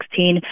2016